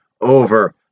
over